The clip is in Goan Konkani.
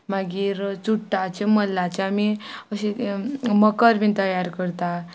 मागीर चुडटाचे मल्लाचे आमी अशें मखर बी तयार करता